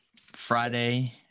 Friday